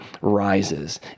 rises